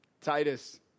Titus